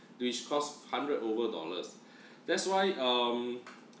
which costs hundred over dollars that's why um